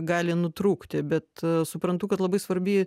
gali nutrūkti bet suprantu kad labai svarbi